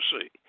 see